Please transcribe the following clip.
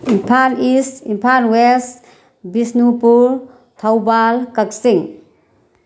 Imphal is Imphal west Bishnupur ꯊꯧꯕꯥꯜ ꯀꯛꯆꯤꯡ